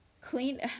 clean